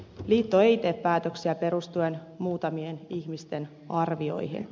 liitto ei tee päätöksiä perustuen muutamien ihmisten arvioihin